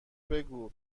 بگو